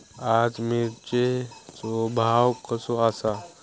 आज मिरचेचो भाव कसो आसा?